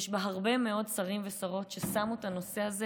יש בה הרבה מאוד שרים ושרות ששמו את הנושא הזה